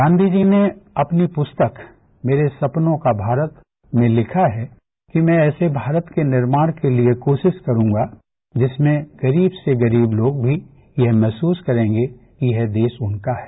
गांधी जी ने अपनी पुस्तक मेरे सपनों का भारत में लिखा है कि मैं ऐसे भारत के निर्माण के लिये कोशिश करूंगा जिसमें गरीब से गरीब लोग भी यह महप्रस करेंगे कि यह देश उनका है